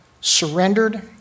Surrendered